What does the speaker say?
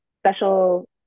special